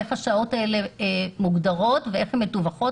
איך השעות האלה מוגדרות ואיך הן מדווחות.